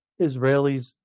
Israelis